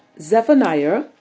Zephaniah